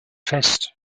fest